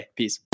peace